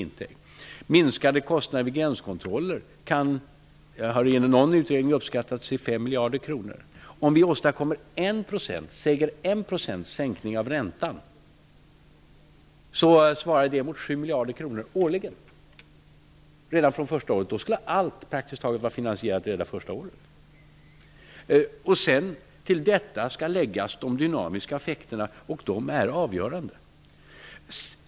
Minskningen av kostnaderna beträffande gränskontroller uppskattas i en utredning till 5 miljarder kronor. Om vi åstadkommer en sänkning av räntan med 1 % svarar det mot 7 miljarder kronor årligen redan från det första året. Därmed skulle praktiskt taget allt vara finansierat redan det första året. Till detta skall de dynamiska effekterna läggas, och de är avgörande.